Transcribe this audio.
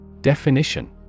Definition